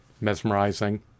mesmerizing